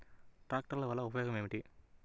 ట్రాక్టర్ల వల్ల ఉపయోగం ఏమిటీ?